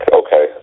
okay